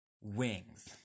Wings